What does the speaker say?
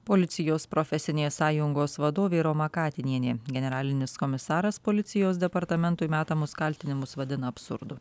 policijos profesinės sąjungos vadovė roma katinienė generalinis komisaras policijos departamentui metamus kaltinimus vadina absurdu